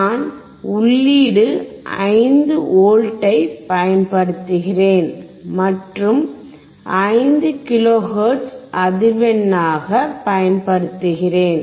நான் உள்ளீடு 5V ஐப் பயன்படுத்துகிறேன் மற்றும் 5 கிலோ ஹெர்ட்ஸை அதிர்வெண்ணாகப் பயன்படுத்துகிறேன்